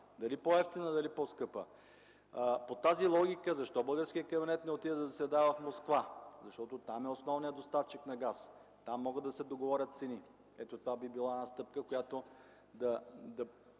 Дали по-евтино, дали по-скъпо? По тази логика защо българският кабинет не отиде да заседава в Москва? Там е основният доставчик на газ, там могат да се договорят цени. Това би била стъпка, която